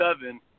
seven